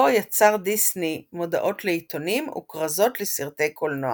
בו יצר דיסני מודעות לעיתונים וכרזות לסרטי קולנוע.